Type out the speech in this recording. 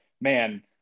man